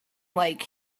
like